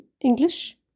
English